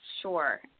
sure